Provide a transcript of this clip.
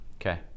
okay